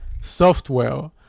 software